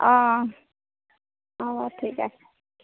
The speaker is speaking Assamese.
অঁ অঁ হ'ব ঠিক আছে